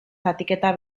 zatiketa